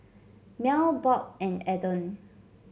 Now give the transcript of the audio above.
Mel Bob and Eden